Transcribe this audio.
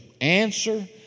answer